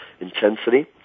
intensity